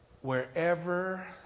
wherever